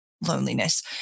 loneliness